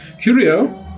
Curio